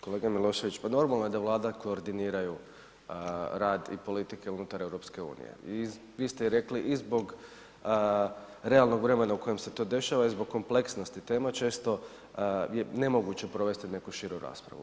Kolega Milošević, pa normalno je da Vlada koordiniraju rad i politike unutar EU i vi ste i rekli i zbog realnog vremena u kojem se to dešava i zbog kompleksnosti tema često je nemoguće provesti neku širu raspravu.